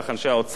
אנשי האוצר,